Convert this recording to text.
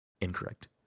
incorrect